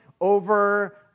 over